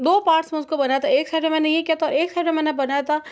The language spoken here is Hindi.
दो पार्ट्स में उसको बनाया था एक साइड में मैंने ये किया था एक साइड में मैंने बनाया था